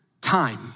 time